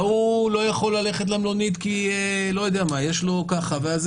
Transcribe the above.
ההוא לא יכול ללכת למלונית כי יש לו ככה וככה,